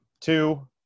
Two